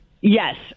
Yes